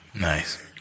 Nice